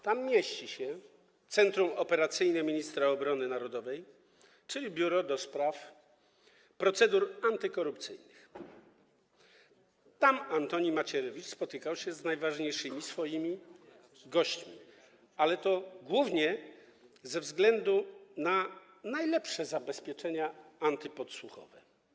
Tam mieści się Centrum Operacyjne Ministra Obrony Narodowej, czyli Biuro do Spraw Procedur Antykorupcyjnych, tam Antoni Macierewicz spotykał się z najważniejszymi swoimi gośćmi, głównie ze względu na najlepsze zabezpieczenia antypodsłuchowe.